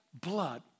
blood